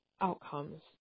outcomes